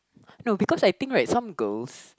no because I think right some girls